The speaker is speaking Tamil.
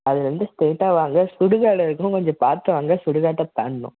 அதுலேந்து ஸ்டெயிட்டாக வாங்க சுடுகாடு இருக்கும் கொஞ்சம் பார்த்து வாங்க சுடுகாட்டை தாண்டணும்